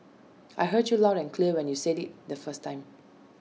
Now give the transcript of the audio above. I heard you loud and clear when you said IT the first time